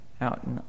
out